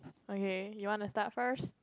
okay you want to start first